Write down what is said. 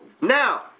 Now